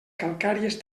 calcàries